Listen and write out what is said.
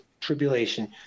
tribulation